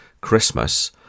Christmas